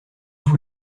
vous